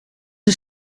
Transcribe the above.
een